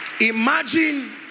Imagine